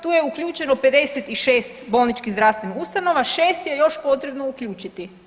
Tu je uključeno 56 bolničkih zdravstvenih ustanova, 6 je još potrebno uključiti.